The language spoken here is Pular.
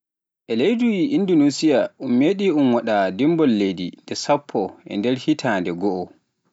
E leydi Indonosiya un meɗi un waɗa dimbol leydi nde sappo e nder hitande goo